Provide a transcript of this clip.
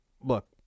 Look